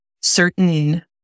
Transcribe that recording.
certain